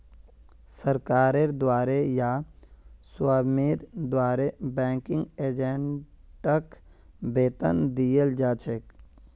सरकारेर द्वारे या स्वामीर द्वारे बैंकिंग एजेंटक वेतन दियाल जा छेक